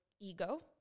ego